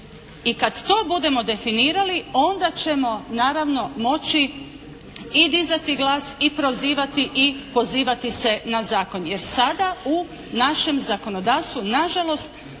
I kada to budemo definirali, onda ćemo naravno moći i dizati glas i prozivati i pozivati se na zakon. Jer sada u našem zakonodavstvu na žalost